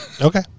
Okay